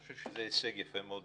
אני חושב שזה בפני עצמו הישג יפה מאוד.